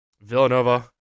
Villanova